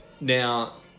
Now